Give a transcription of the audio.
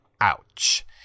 Ouch